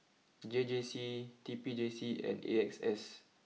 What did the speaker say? J J C T P J C and A X S